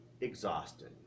exhausted